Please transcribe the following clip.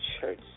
church